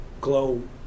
Glow